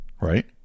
right